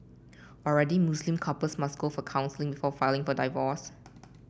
already Muslim couples must go for counselling before filing for divorce